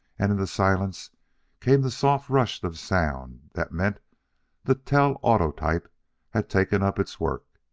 and in the silence came the soft rush of sound that meant the telautotype had taken up its work.